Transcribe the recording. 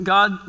God